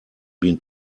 been